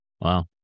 wow